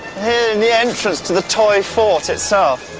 and the entrance to the toy fort itself,